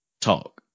Talk